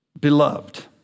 Beloved